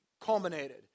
culminated